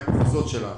מהמחוזות שלנו,